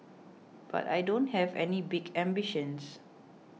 but I don't have any big ambitions